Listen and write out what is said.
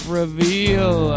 reveal